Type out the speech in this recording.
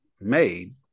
made